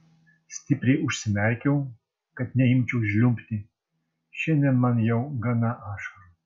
stipriai užsimerkiau kad neimčiau žliumbti šiandien man jau gana ašarų